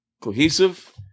cohesive